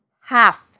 half